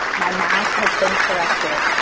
my math has been corrected.